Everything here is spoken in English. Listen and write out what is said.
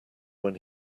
when